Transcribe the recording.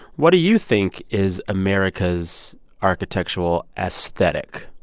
what do you think is america's architectural aesthetic,